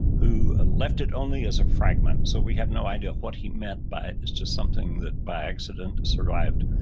who ah left it only as a fragment. so we have no idea what he meant by it. it's just something that by accident survived.